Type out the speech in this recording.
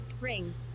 Rings